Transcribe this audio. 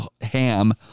ham